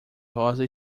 rosa